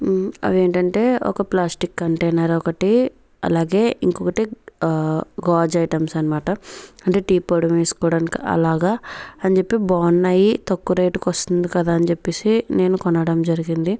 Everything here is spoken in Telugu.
అదేంటంటే ఒక ప్లాస్టిక్ కంటైనర్ ఒకటి అలాగే ఇంకొకటి ఆ గాజు ఐటమ్స్ అన్నమాట అంటే టీ పొడిని వేసుకోవడానికి అలాగా అని చెప్పి బాగున్నాయి తక్కువ రేట్కి వస్తుంది కదా అని చెప్పేసి నేను కొనడం జరిగింది